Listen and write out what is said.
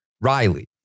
Riley